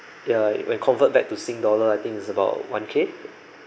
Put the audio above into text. ya when convert back to sing dollar I think is about one K